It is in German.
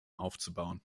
aufzubauen